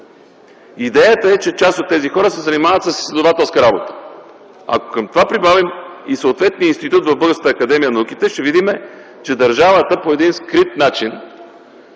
Идеята е, че част от тези хора се занимават с изследователска работа. Ако към това прибавим и съответния институт към Българската академия на науките, ще видим, че държавата по един скрит начин,